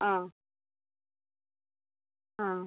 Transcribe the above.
ആ ആ